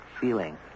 feeling